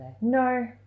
No